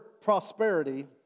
prosperity